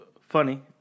funny